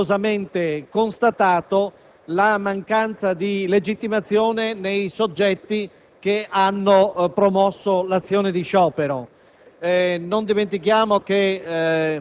nel momento in cui ha doverosamente constatato la mancanza di legittimazione nei soggetti che hanno promosso l'azione di sciopero.